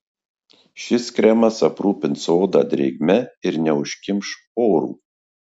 šis kremas aprūpins odą drėgme ir neužkimš porų